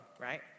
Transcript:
right